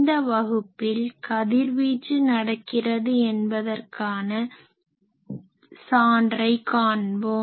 இந்த வகுப்பில் கதிர்வீச்சு நடக்கிறது என்பதற்கான சான்றை காண்போம்